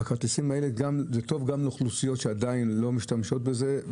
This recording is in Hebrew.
הכרטיסים האלה טובים גם לאוכלוסיות שעדיין לא משתמשות בזה.